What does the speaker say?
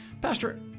Pastor